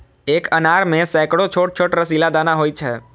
एक अनार मे सैकड़ो छोट छोट रसीला दाना होइ छै